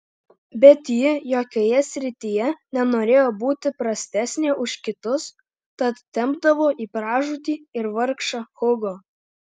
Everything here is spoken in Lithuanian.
bet ji jokioje srityje nenorėjo būti prastesnė už kitus tad tempdavo į pražūtį ir vargšą hugo